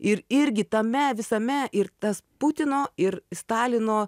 ir irgi tame visame ir tas putino ir stalino